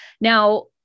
Now